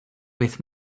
with